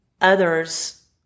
others